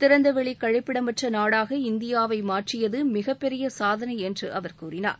திறந்தவெளி கழிப்பிடமற்ற நாடாக இந்தியாவை மாற்றியது மிகப் பெரிய சாதனை என்று அவர் கூறினார்